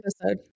episode